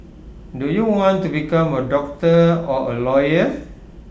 do you want to become A doctor or A lawyer